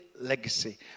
legacy